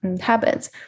habits